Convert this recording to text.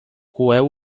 coeu